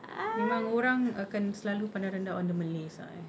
memang orang akan selalu pandang rendah on the malays ah eh